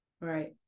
Right